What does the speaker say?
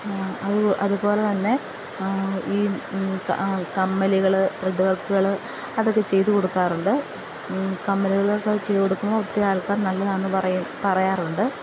അത് അതുപോലെ തന്നെ ഈ കമ്മലുകള് ത്രെഡ് വർക്കുകള് അതൊക്കെ ചെയ്തു കൊടുക്കാറുണ്ട് കമ്മലുകളൊക്കെ ചെയ്തു കൊടുക്കുമ്പോൾ ഒത്തിരി ആൾക്കാർ നല്ലതാണെന്നു പറയ പറയാറുണ്ട്